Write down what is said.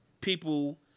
people